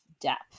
depth